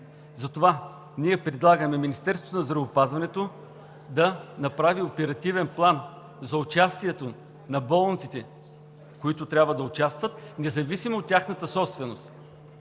Затова ние предлагаме Министерството на здравеопазването да направи оперативен план за участието на болниците, които трябва да участват независимо от тяхната собственост.